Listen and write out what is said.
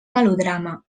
melodrama